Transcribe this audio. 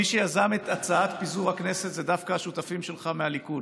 מי שיזם את הצעת פיזור הכנסת זה דווקא השותפים שלך מהליכוד,